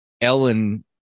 Ellen